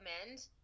recommend